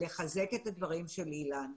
לחזק את הדברים של אילן.